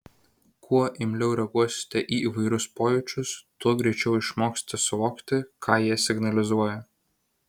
kuo imliau reaguosite į įvairius pojūčius tuo greičiau išmoksite suvokti ką jie signalizuoja